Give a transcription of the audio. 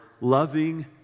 Loving